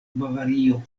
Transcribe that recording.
bavario